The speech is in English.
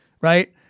right